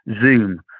zoom